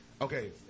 Okay